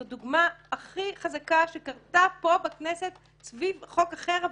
זאת הדוגמה הכי חזקה שקרתה פה בכנסת סביב חוק אחר,